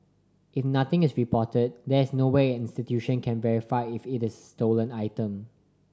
if nothing is reported there is no way an institution can verify if it is a stolen item